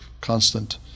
constant